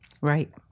Right